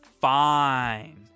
fine